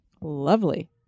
Lovely